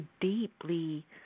deeply